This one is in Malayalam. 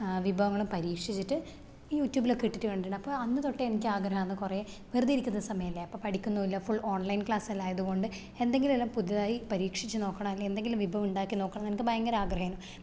വിഭവങ്ങൾ പരീക്ഷിച്ചിട്ട് യുട്യൂബിലൊക്കെ ഇട്ടിട്ട് കണ്ടിട്ടുണ്ട് അപ്പം അന്ന് തൊട്ടേ എനിക്ക് ആഗ്രഹമാണ് കുറെ വെറുതെ ഇരിക്കുന്ന സമയല്ലേ അപ്പം പഠിക്കുന്നില്ല ഫുൾ ഓൺ ലൈൻ ക്ലാസ്സിലായത് കൊണ്ട് എന്തെങ്കിലും എല്ലാ പുതിയതായി പരീക്ഷിച്ച് നോക്കണം അല്ലേ എന്തെങ്കിലും വിഭവം ഉണ്ടാക്കി നോക്കണമെന്ന് എനിക്ക് ഭയങ്കര ആഗ്രഹായിനു